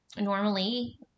Normally